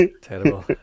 Terrible